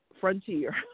frontier